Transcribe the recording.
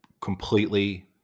completely